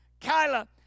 Kyla